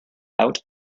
out